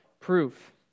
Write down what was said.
proof